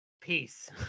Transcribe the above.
peace